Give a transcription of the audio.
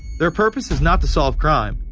their purpose is not to solve crime,